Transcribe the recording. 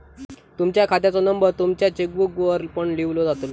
तुमच्या खात्याचो नंबर तुमच्या चेकबुकवर पण लिव्हलो जातलो